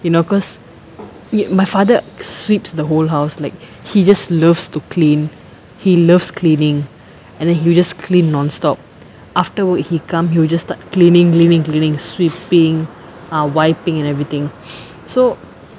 you know because my father sweeps the whole house like he just loves to clean he loves cleaning and then he will just clean nonstop afterward he come he will just start cleaning cleaning cleaning sweeping ah wiping and everything so